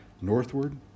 northward